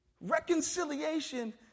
Reconciliation